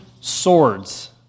swords